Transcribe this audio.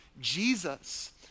Jesus